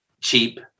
cheap